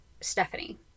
Stephanie